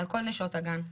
על כל נשות הגן.